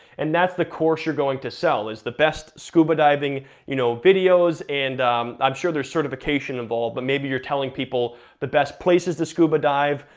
and that's the course you're going to sell, is the best scuba diving you know videos. and i'm sure there's certification involved, but maybe you're telling people the best places to scuba dive,